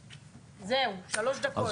זהו שלוש דקות.